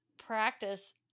practice